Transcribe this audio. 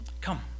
Come